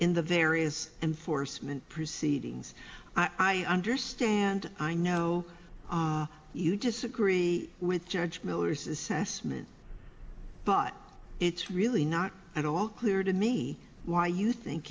in the various enforcement proceedings i understand i know you disagree with judge miller's assessment but it's really not at all clear to me why you think